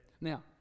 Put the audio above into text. Now